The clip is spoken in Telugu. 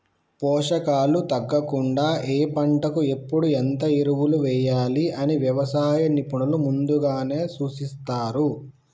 పోషకాలు తగ్గకుండా ఏ పంటకు ఎప్పుడు ఎంత ఎరువులు వేయాలి అని వ్యవసాయ నిపుణులు ముందుగానే సూచిస్తారు